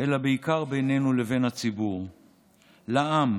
אלא בעיקר בינינו לבין הציבור, העם,